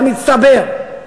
במצטבר,